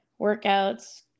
workouts